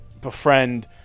befriend